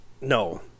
no